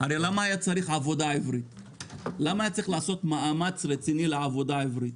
הרי למה היה צריך לעשות מאמץ רציני לעבודה עברית?